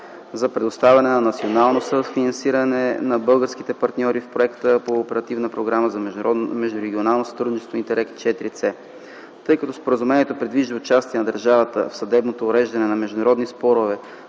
за предоставяне на национално съфинансиране на българските партньори в проекта по Оперативна програма за междурегионалното сътрудничество „ИНТЕРРЕГ IVC”. Тъй като споразумението предвижда участие на държавата в съдебното уреждане на международни спорове